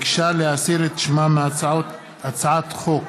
הצעת חוק